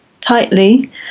tightly